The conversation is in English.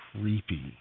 creepy